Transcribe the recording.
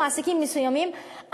מעסיקים מסוימים,